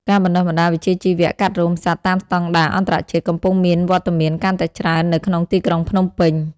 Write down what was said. ការបណ្តុះបណ្តាលវិជ្ជាជីវៈកាត់រោមសត្វតាមស្តង់ដារអន្តរជាតិ កំពុងមានវត្តមានកាន់តែច្រើននៅក្នុងទីក្រុងភ្នំពេញ។